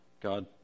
God